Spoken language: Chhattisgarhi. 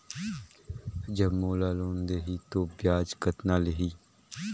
जब मोला लोन देही तो ब्याज कतना लेही?